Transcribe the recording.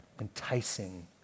enticing